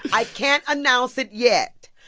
i can't announce it yet.